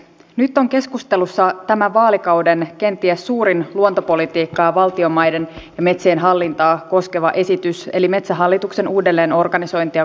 nyt on keskustelussa tämän vaalikauden kenties suurin luontopolitiikkaa valtion maiden ja metsien hallintaa koskeva esitys eli metsähallituksen uudelleenorganisointia koskeva lakiesitys